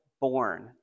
born